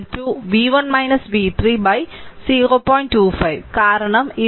25 കാരണം ഇത് 2